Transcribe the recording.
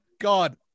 god